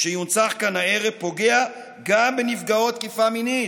שיונצח כאן הערב פוגע גם בנפגעות תקיפה מינית,